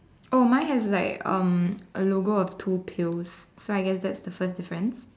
oh mine has like um a logo of two pails so I guess that's the first difference